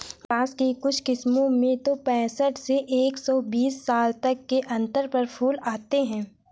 बाँस की कुछ किस्मों में तो पैंसठ से एक सौ बीस साल तक के अंतर पर फूल आते हैं